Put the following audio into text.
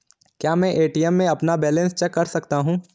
क्या मैं ए.टी.एम में अपना बैलेंस चेक कर सकता हूँ?